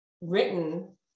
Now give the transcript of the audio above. written